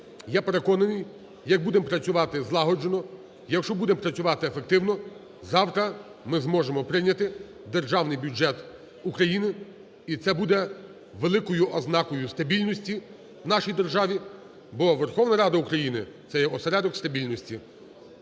Я переконаний, як будемо працювати злагоджено, якщо будем працювати ефективно, завтра ми зможемо прийняти Державний бюджет України, і це буде великою ознакою стабільності в нашій державі, бо Верховна Рада України – це є осередок стабільності.